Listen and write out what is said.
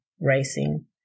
racing